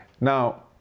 Now